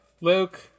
Luke